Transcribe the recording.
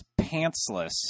pantsless